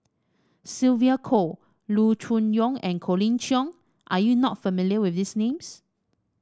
Sylvia Kho Loo Choon Yong and Colin Cheong are you not familiar with these names